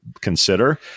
consider